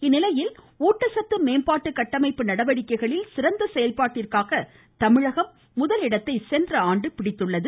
இந்நிலையில் ஊட்டச்சத்து மேம்பாட்டு கட்டமைப்பு நடவடிக்கைகளில் சிறந்த செயல்பாட்டிற்காக தமிழகம் முதலிடத்தை சென்ற ஆண்டு பிடித்துள்ளது